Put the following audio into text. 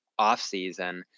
offseason